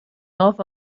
ناف